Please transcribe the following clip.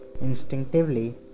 Instinctively